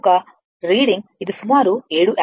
ఇది సుమారు 7 యాంపియర్